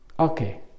Okay